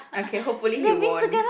okay hopefully he won't